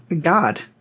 God